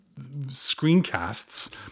screencasts